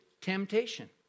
temptation